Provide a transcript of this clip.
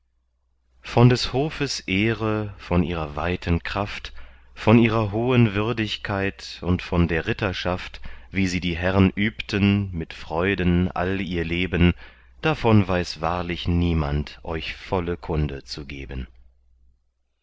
von des hofes ehre von ihrer weiten kraft von ihrer hohen würdigkeit und von der ritterschaft wie sie die herren übten mit freuden all ihr leben davon weiß wahrlich niemand euch volle kunde zu geben